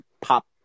pop